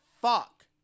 fuck